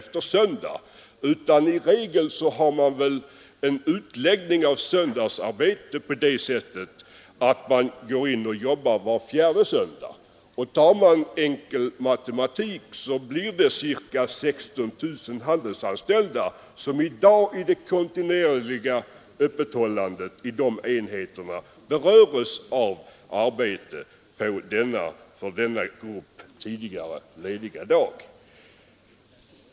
Man har väl i regel en sådan utläggning av söndagsarbetet att de får tjänstgöra var fjärde söndag. Enkel matematik visar då att ca 16 000 handelsanställda i det kontinuerliga öppethållandet beröres av arbete på denna för ifrågavarande grupp tidigare lediga dag.